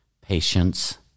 patience